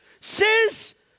says